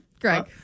Greg